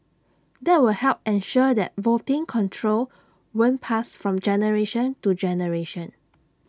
that would help ensure that voting control won't pass from generation to generation